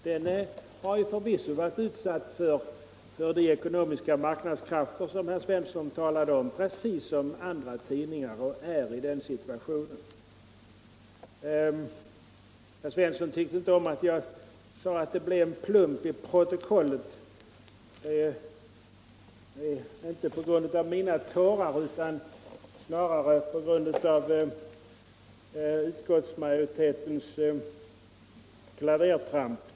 Den har förvisso varit utsatt för de ekonomiska marknadskrafter som herr Svensson talade om, precis som andra tidningar. Herr Svensson tyckte inte om att jag sade att det blev en plump i protokollet, inte på grund av mina tårar utan snarare på grund av utskottsmajoritetens klavertramp.